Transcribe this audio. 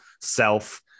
self